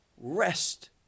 rest